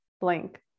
blank